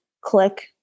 click